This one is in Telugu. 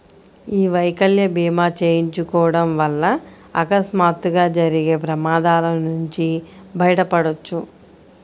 యీ వైకల్య భీమా చేయించుకోడం వల్ల అకస్మాత్తుగా జరిగే ప్రమాదాల నుంచి బయటపడొచ్చు